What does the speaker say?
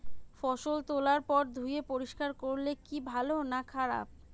ফসল তোলার পর ধুয়ে পরিষ্কার করলে কি ভালো না খারাপ?